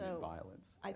violence